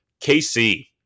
KC